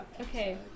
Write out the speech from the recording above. okay